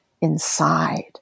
inside